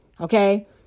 Okay